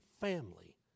family